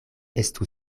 estu